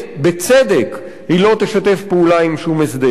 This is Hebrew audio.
בצדק היא לא תשתף פעולה עם שום הסדר.